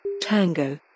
Tango